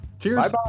Cheers